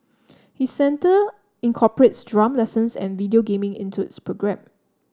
his centre incorporates drum lessons and video gaming into its programme